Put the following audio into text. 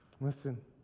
Listen